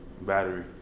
battery